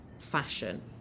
fashion